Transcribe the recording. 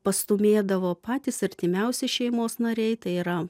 pastūmėdavo patys artimiausi šeimos nariai tai yra